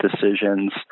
decisions